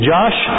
Josh